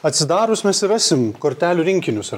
atsidarius mes ir rasim kortelių rinkinius ar